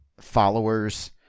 followers